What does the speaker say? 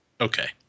Okay